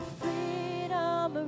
freedom